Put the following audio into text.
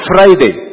Friday